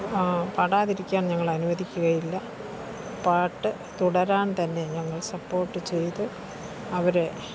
പാടാതിരിക്കാൻ ഞങ്ങൾ അനുവദിക്കുകയില്ല പാട്ട് തുടരാൻ തന്നെ ഞങ്ങൾ സപ്പോർട്ട് ചെയ്ത് അവരെ